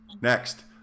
Next